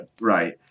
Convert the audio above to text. Right